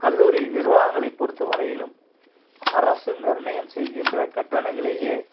கல்லூரி நிர்வாகங்களை பொறுத்த வரையிலும் அரசு நிர்ணயம் செய்கின்ற கட்டணங்களையே